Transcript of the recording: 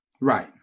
Right